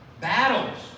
Battles